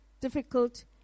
difficult